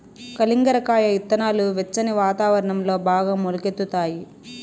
కలింగర కాయ ఇత్తనాలు వెచ్చని వాతావరణంలో బాగా మొలకెత్తుతాయి